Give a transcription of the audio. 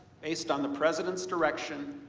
based on the president's direction,